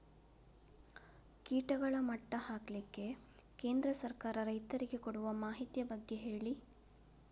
ಕೀಟಗಳ ಮಟ್ಟ ಹಾಕ್ಲಿಕ್ಕೆ ಕೇಂದ್ರ ಸರ್ಕಾರ ರೈತರಿಗೆ ಕೊಡುವ ಮಾಹಿತಿಯ ಬಗ್ಗೆ ಹೇಳಿ